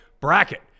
Bracket